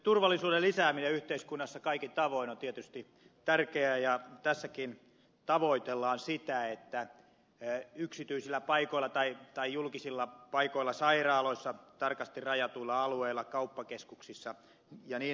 turvallisuuden lisääminen yhteiskunnassa kaikin tavoin on tietysti tärkeää ja tässäkin tavoitellaan sitä että yksityisillä paikoilla tai julkisilla paikoilla sairaaloissa tarkasti rajatuilla alueilla kauppakeskuksissa ja niin edelleen